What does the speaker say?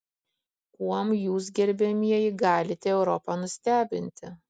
kuom jūs gerbiamieji galite europą nustebinti